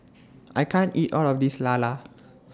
I can't eat All of This Lala